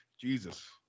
Jesus